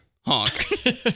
honk